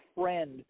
friend